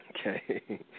okay